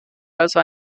also